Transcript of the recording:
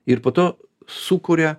ir po to sukuria